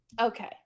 Okay